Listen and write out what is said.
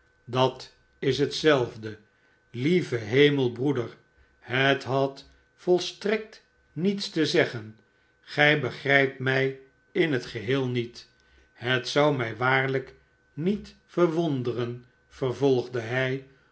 dat is hetzelfde lie ve liemel broeder het had volstrekt niets te zeggen gij begnjpt mij in het geheel niet het zou mij waarlijk niet yerwonderen vervolgde hij